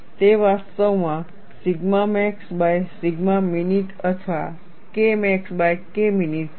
તે વાસ્તવમાં sigma max by sigma minute અથવા K max by K minute છે